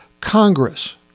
Congress